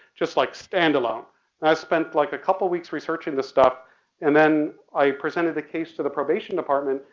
just like stand alone and i spent like a couple weeks researching the stuff and then i presented the case to the probation department,